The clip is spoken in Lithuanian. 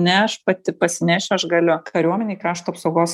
ne aš pati pasinešiu aš galiu kariuomenėj krašto apsaugos